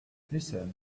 listen